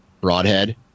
broadhead